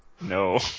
No